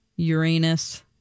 Uranus